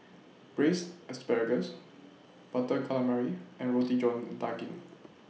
Braised Asparagus Butter Calamari and Roti John Daging